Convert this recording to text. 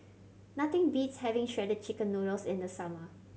nothing beats having Shredded Chicken Noodles in the summer